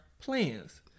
plans